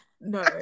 no